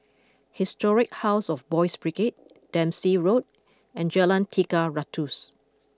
Historic House of Boys' Brigade Dempsey Road and Jalan Tiga Ratus